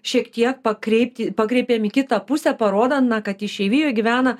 šiek tiek pakreipti pakreipėm į kitą pusę parodant na kad išeivijoj gyvena